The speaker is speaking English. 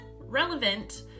relevant